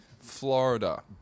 Florida